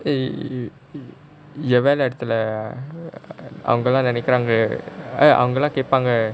eh ஏன் வெளியே இடத்துல அவனாலும் நெனைக்கிறாங்க வாங்கலாம் கேப்பாங்க:yaen veliyae idathula avanaalum ninaikiraanga avangalaam kepaanga